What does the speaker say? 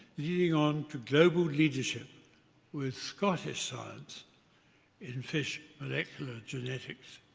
leading on to global leadership with scottish science in fish molecular genetics.